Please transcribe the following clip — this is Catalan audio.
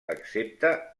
excepte